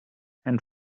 and